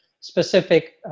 specific